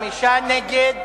5, נגד,